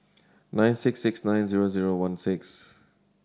nine six six nine zero zero one six